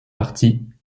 partis